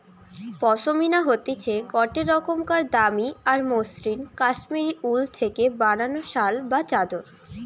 পশমিনা হতিছে গটে রোকমকার দামি আর মসৃন কাশ্মীরি উল থেকে বানানো শাল বা চাদর